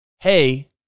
hey